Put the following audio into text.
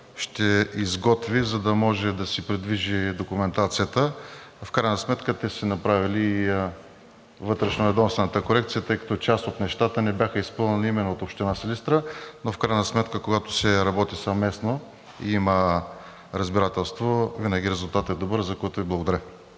ще изготви, за да може да си придвижи документацията. В крайна сметка те са си направили и вътрешноведомствената корекция, тъй като част от нещата не бяха изпълнени именно от Община Силистра, но когато се работи съвместно и има разбирателство, винаги резултатът е добър, за което Ви благодаря,